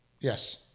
Yes